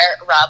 Rob